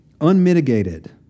unmitigated